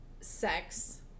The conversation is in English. sex